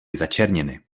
začerněny